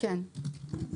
כן.